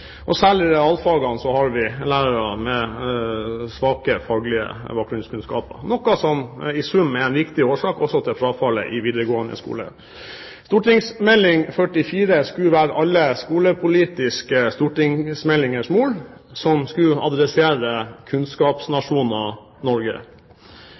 Særlig i realfagene har vi lærere med svake faglige bakgrunnskunnskaper, noe som i sum er en viktig årsak også til frafallet i videregående skole. St.meld nr. 44 for 2008–2009 skulle være alle skolepolitiske stortingsmeldingers mor, som skulle adressere